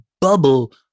bubble